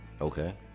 Okay